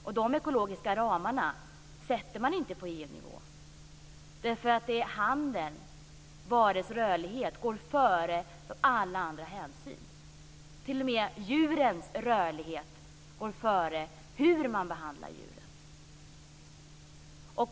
Dessa ekologiska ramar sätter man inte på EU-nivå. Handeln och varors rörlighet går före alla andra hänsyn. T.o.m. djurens rörlighet går före hur man behandlar djuren.